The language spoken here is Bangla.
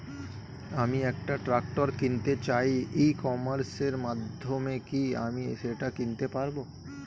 আমি একটা ট্রাক্টর কিনতে চাই ই কমার্সের মাধ্যমে কি আমি সেটা কিনতে পারব?